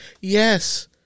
yes